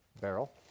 barrel